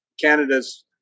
Canada's